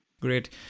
Great